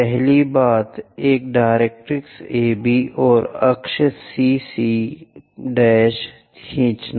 पहली बात एक डायरेक्ट्रिक्स AB और अक्ष CC'खींचना